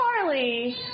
Charlie